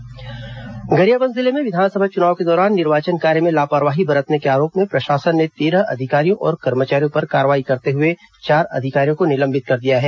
अधिकारी निलंबन गरियाबंद जिले में विधानसभा चुनाव के दौरान निर्वाचन कार्य में लापरवाही बरतने के आरोप में प्रशासन ने तेरह अधिकारियों और कर्मचारियों पर कार्रवाई करते हुए चार अधिकारियों को निलंबित किया गया है